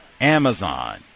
Amazon